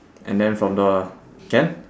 and then from the can